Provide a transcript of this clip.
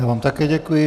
Já vám také děkuji.